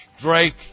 Drake